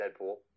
deadpool